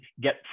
get